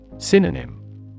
Synonym